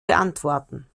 beantworten